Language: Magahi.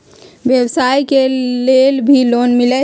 व्यवसाय के लेल भी लोन मिलहई?